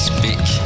Speak